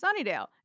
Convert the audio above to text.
Sunnydale